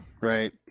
Right